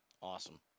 Awesome